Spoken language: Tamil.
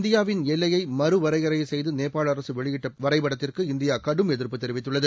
இந்தியாவின் எல்லையை மறுவரையறை செய்து நேபாள அரசு வெளியிட்ட வரைபடத்திற்கு இந்தியா கடும் எதிர்ப்பு தெரிவித்துள்ளது